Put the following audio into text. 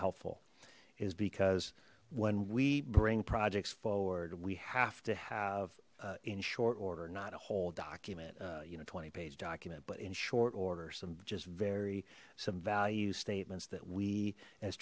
helpful is because when we bring projects forward we have to have in short order not a whole document you know twenty page document but in short order some just very some value statements that we as